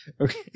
Okay